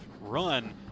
run